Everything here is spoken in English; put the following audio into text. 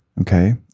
okay